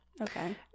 Okay